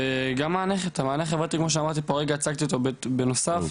וגם מענה חברתי שהרגע הצגתי אותו בנוסף,